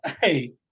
hey